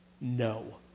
no